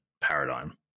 paradigm